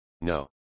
No